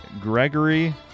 Gregory